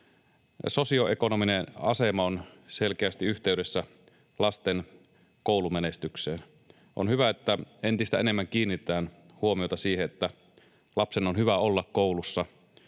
sosioekonominen asema on selkeästi yhteydessä lasten koulumenestykseen. On hyvä, että entistä enemmän kiinnitetään huomiota siihen, että lapsen on hyvä olla koulussa